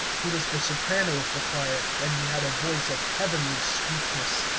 he was the soprano of the choir, and he had a voice of heavenly sweetness.